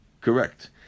Correct